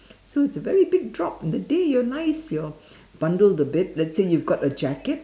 so it's a very big drop in the day you're nice your bundle the bed let's say you've got a jacket